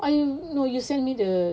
I no you send me the